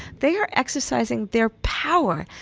they are exercising their power.